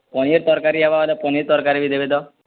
ପନିର୍ ତରକାରୀ ହେବା ବେଲେ ପନିର୍ ତରକାରୀ ବି ଦେବେ ତ